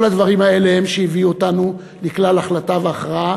כל הדברים האלה הם שהביאו אותנו לכלל החלטה והכרעה